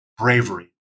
bravery